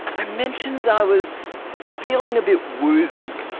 i mentioned i was feeling a bit woozy.